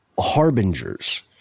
harbingers